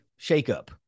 shakeup